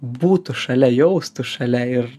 būtų šalia jaustų šalia ir